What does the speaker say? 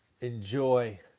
enjoy